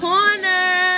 Corner